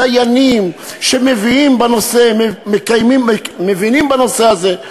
דיינים שמבינים בנושא הזה.